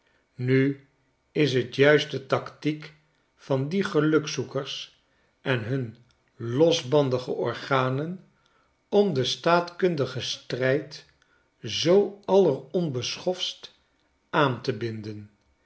nu is t juist de tactiek van die gelukzoekers en hun losbandige organen om den staatkundigen stryd zoo